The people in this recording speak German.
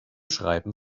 schreiben